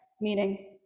meaning